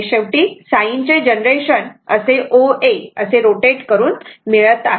हे शेवटी साइन चे जनरेशन असे OA रोटे करून मिळत आहे